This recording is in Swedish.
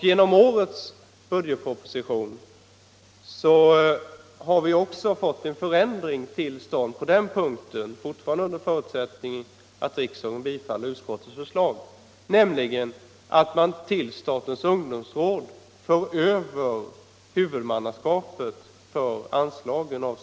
Genom årets budgetproposition har vi fått till stånd en förändring på den punkten — fortfarande dock under förutsättning att riksdagen bifaller utskottets förslag —- nämligen att huvudmannaskapet för stödet skall föras över till statens ungdomsråd.